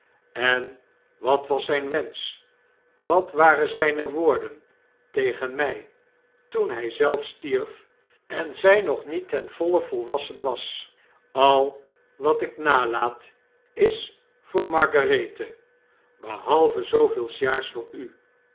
en wat was zijn wensch wat waren zijne woorden tegen mij toen hij zelf stierf en zij nog niet ten voile volwassen was a wat ik nalaat is voor margarethe behalve zooveel sjaars voor u